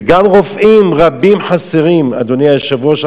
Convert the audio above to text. וגם רופאים רבים חסרים, אדוני היושב-ראש.